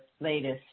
latest